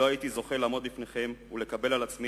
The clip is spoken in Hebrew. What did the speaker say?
לא הייתי זוכה לעמוד בפניכם ולקבל על עצמי